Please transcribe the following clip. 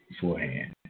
beforehand